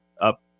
up